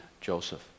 Joseph